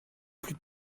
plus